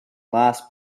last